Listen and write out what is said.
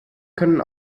können